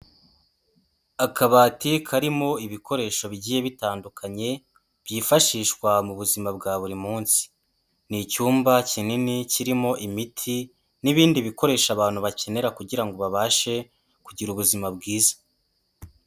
Akabati karimo ibikoresho bigiye bitandukanye, byifashishwa mu buzima bwa buri munsi. Ni icyumba kinini kirimo imiti, n'ibindi bikoresho abantu bakenera kugira ngo babashe kugira ubuzima bwiza.